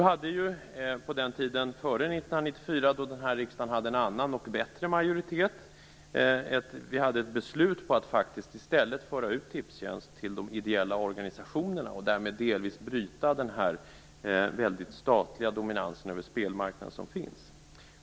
Före 1994, då den här riksdagen hade en annan och bättre majoritet, hade vi ett beslut på att i stället föra ut Tipstjänst till de ideella organisationerna och därmed delvis bryta den statliga dominans över spelmarknaden som finns.